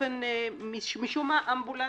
משום מה אמבולנס,